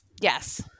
Yes